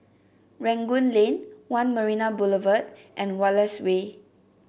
Rangoon Lane One Marina Boulevard and Wallace Way